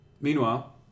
Meanwhile